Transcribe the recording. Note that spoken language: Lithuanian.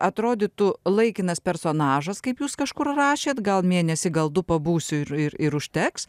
atrodytų laikinas personažas kaip jūs kažkur rašėt gal mėnesį gal du pabūsiu ir ir ir užteks